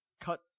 cut